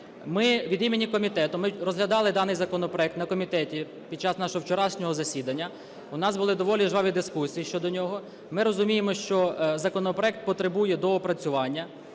Ми від імені комітету розглядали даний законопроект на комітеті під час нашого вчорашнього засідання. У нас були доволі жваві дискусії щодо нього. Ми розуміємо, що законопроект потребує доопрацювання.